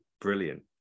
brilliant